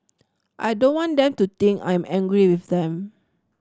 I don't want them to think I'm angry with them